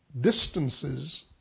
distances